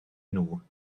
nhw